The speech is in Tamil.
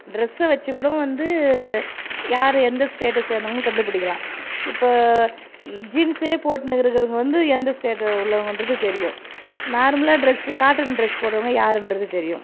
ட்ரெஸ்ஸை வச்சு கூட வந்து யார் எந்த ஸ்டேட்டை சேர்ந்தவங்கன்னு கண்டுபிடிக்கலாம் இப்போ ஜீன்ஸே போட்டுன்னு இருக்கிறவங்க வந்து எந்த ஸ்டேட்டு உள்ளவங்கன்றது தெரியும் நார்மலாக ட்ரெஸ் காட்டன் ட்ரெஸ் போட்டுறவுங்க யாருன்றது தெரியும்